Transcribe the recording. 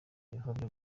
ibikorwa